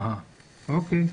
אוקיי.